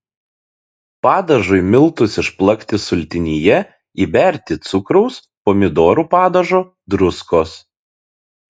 padažui miltus išplakti sultinyje įberti cukraus pomidorų padažo druskos